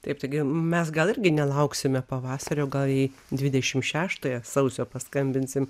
taip taigi mes gal irgi nelauksime pavasario gal jai dvidešim šeštąją sausio paskambinsim